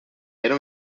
era